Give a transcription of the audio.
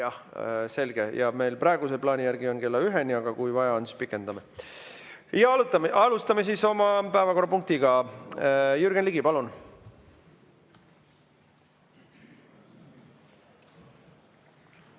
selge. Meil praeguse plaani järgi on kella üheni, aga kui vaja, siis pikendame. Alustame siis oma päevakorrapunktiga. Jürgen Ligi, palun!